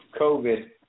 COVID